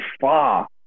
far